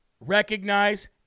recognize